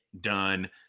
done